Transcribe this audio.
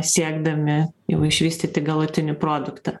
siekdami jau išvystyti galutinį produktą